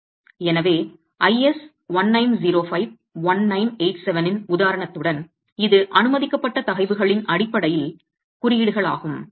எனவே IS 1905 இன் உதாரணத்துடன் இது அனுமதிக்கப்பட்ட தகைவுகளின் அடிப்படையிலான குறியீடாகும்